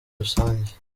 rusange